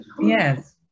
Yes